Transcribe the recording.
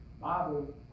Bible